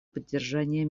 поддержания